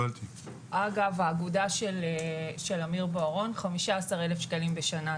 אגב, האגודה של אמיר בוארון 15,000 שקלים בשנה.